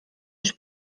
też